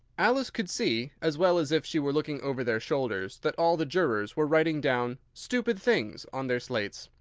alice could see, as well as if she were looking over their shoulders, that all the jurors were writing down stupid things! on their slates,